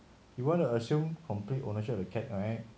you want to assume complete ownership of a cat right